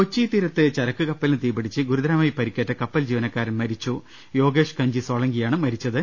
കൊച്ചി തീരത്ത് ചരക്കു കപ്പലിന് തീ പിടിച്ച് ഗുരുതരമായ പരി ക്കേറ്റ കപ്പൽ ജീവനക്കാരൻ യോഗേഷ് കഞ്ചി സോളങ്കി മരിച്ചു